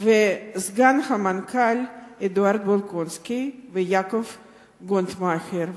וסגני המנכ"ל אדוארד בולקונסקי ויעקב גוטמכר,